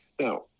Now